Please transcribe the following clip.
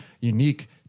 unique